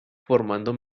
formando